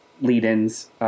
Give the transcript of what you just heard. lead-ins